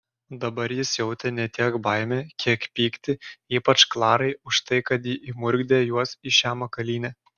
dabar jis jautė ne tiek baimę kiek pyktį ypač klarai už tai kad ji įmurkdė juos į šią makalynę